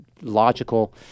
logical